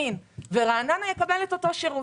סכנין ורעננה יקבל אותו שירות,